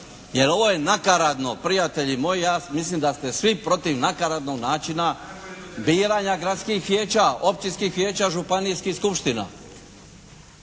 jer ovo je nakaradno. Prijatelji moji, ja mislim da ste svi protiv nakaradnog načina biranja gradskih vijeća, općinskih vijeća, županijskih skupština.